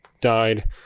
died